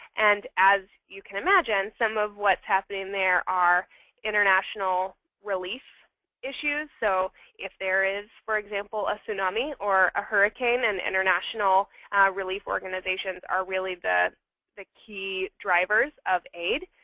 and as you can imagine, some of what's happening there are international relief issues. so if there is, for example, a tsunami or a hurricane and international relief organizations are really the key drivers of aid,